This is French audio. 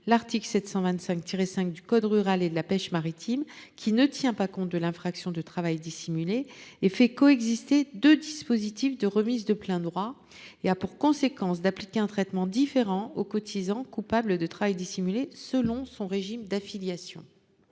l’article L. 725 5 du code rural et de la pêche maritime, qui ne tient pas compte de l’infraction de travail dissimulé, fait coexister deux dispositifs de remise de plein droit et a pour conséquence d’appliquer un traitement différent au cotisant coupable de travail dissimulé selon son régime d’affiliation.